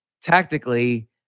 tactically